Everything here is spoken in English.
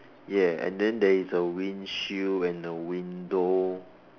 ya and then there is a windshield and a window